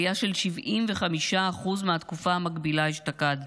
עלייה של 75% מהתקופה המקבילה אשתקד.